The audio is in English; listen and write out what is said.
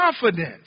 confidence